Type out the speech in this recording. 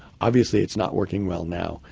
obviously it's not working well now.